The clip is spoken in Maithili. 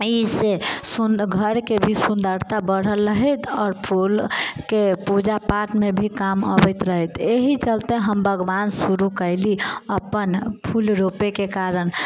एहिसँ घरके भी सुन्दरता भी बढ़ल रहैत आओर फूलके पूजा पाठमे भी काम अबैत रहैत एहि चलते हम बागवान शुरु कयलहुँ अपन फूल रोपयके कारण